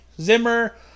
Zimmer